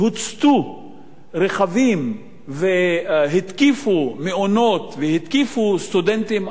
רכבים והתקיפו מעונות והתקיפו סטודנטים ערבים במכללת צפת.